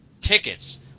tickets